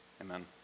Amen